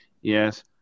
Yes